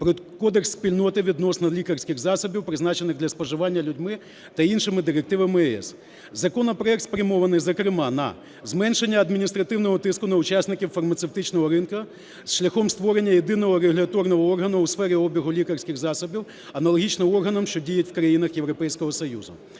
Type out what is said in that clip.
Кодекс спільноти відносно лікарських засобів, призначених для споживання людьми, та іншими директивами ЄС. Законопроект спрямований, зокрема, на зменшення адміністративного тиску на учасників фармацевтичного ринку, шляхом створення єдиного регуляторного органу у сфері обігу лікарських засобів аналогічно органам, що діють в країнах Європейського Союзу.